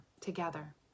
together